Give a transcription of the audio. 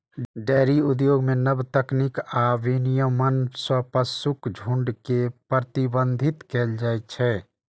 dairy उद्योग मे नव तकनीक आ विनियमन सं पशुक झुंड के प्रबंधित कैल जाइ छै